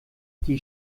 die